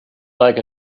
like